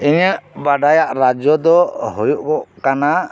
ᱤᱧᱟᱹᱜ ᱵᱟᱰᱟᱭᱟᱜ ᱨᱟᱡᱭᱚ ᱫᱚ ᱦᱩᱭᱩᱜᱚᱜ ᱠᱟᱱᱟ